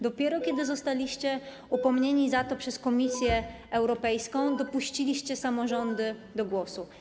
Dopiero kiedy zostaliście upomnieni przez Komisję Europejską, dopuściliście samorządy do głosu.